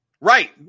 right